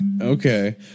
Okay